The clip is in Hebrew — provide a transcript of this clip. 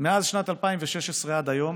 משנת 2016 עד היום